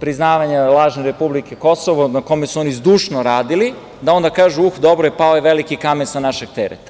priznavanja lažne republike Kosovo, na kome su oni zdušno radili, da onda kažu - uh, dobro je, pao je veliki kamen sa našeg tereta.